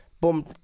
Boom